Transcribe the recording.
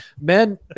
men